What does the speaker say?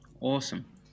Awesome